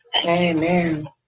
Amen